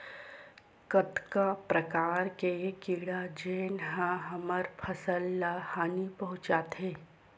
कतका प्रकार के कीड़ा जेन ह हमर फसल ल हानि पहुंचाथे?